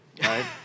right